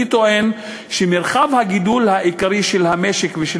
אני טוען שמרחב הגידול העיקרי של המשק ושל